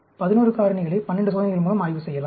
11 காரணிகளை 12 சோதனைகள் மூலம் ஆய்வு செய்யலாம்